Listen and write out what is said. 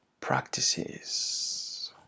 practices